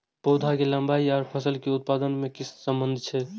पौधा के लंबाई आर फसल के उत्पादन में कि सम्बन्ध छे?